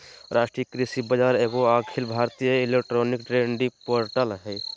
राष्ट्रीय कृषि बाजार एगो अखिल भारतीय इलेक्ट्रॉनिक ट्रेडिंग पोर्टल हइ